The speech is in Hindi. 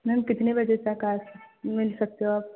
मैम कितने बजे तक आज मिल सकते हो आप